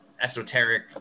esoteric